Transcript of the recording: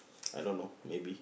I don't know maybe